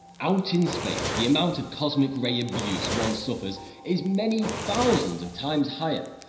out in space the amount of cosmic ray abuse one suffers is many thousands of times higher.